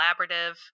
collaborative